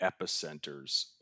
epicenters